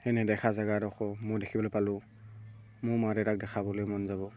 সেই নেদেখা জেগা এডোখৰো মই দেখিবলৈ পালোঁ মোৰ মা দেউতাক দেখাবলৈ মন যাব